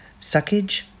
Suckage